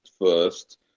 first